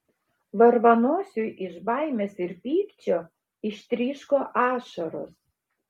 varvanosiui iš baimės ir pykčio ištryško ašaros